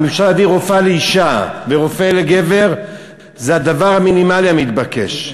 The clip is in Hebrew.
אם אפשר להביא רופאה לאישה ורופא לגבר זה הדבר המינימלי המתבקש,